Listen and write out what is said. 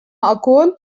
أقول